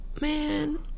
man